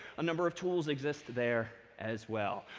a number of tools exist there as well.